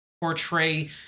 portray